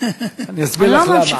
אני אסביר לך למה.